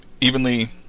evenly